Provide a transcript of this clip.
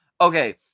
okay